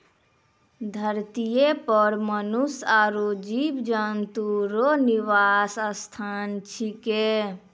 धरतीये पर मनुष्य आरु जीव जन्तु रो निवास स्थान छिकै